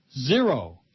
Zero